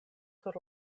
sur